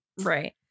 Right